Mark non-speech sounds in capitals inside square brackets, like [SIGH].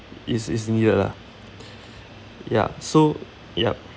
is is needed lah [BREATH] ya so yup